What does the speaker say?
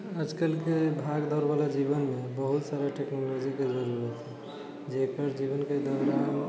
आज कलके भाग दौड़ वाला जीवनमे बहुत सारा टेक्नोलोजीके जरुरत है जेकर जीवनके दौरान